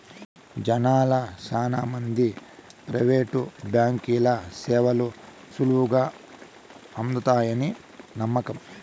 జనాల్ల శానా మందికి ప్రైవేటు బాంకీల సేవలు సులువుగా అందతాయని నమ్మకం